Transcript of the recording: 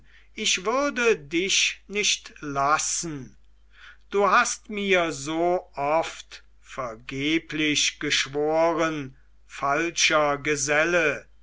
ich würde dich nicht lassen du hast mir so oft vergeblich geschworen falscher geselle